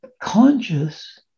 conscious